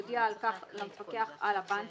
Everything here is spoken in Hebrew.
יודיע על כך למפקח על הבנקים,